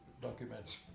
documents